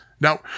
Now